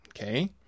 okay